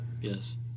Yes